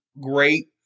great